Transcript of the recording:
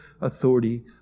authority